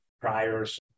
priors